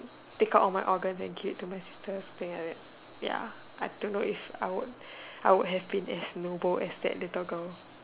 take out all my organs and give it to my sister something like that ya I don't know if I would I would have been as noble as that little girl